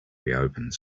reopens